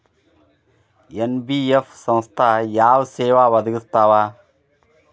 NBF ಸಂಸ್ಥಾ ಯಾವ ಸೇವಾ ಒದಗಿಸ್ತಾವ?